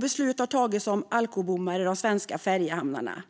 Beslut har också tagits om alkobommar i de svenska färjehamnarna.